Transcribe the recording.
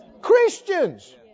Christians